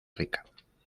rica